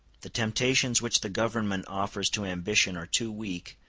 the temptations which the government offers to ambition are too weak,